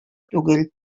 түгел